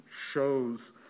shows